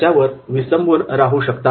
त्याच्यावर विसंबून राहू शकता